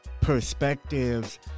perspectives